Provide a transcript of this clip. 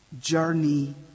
journey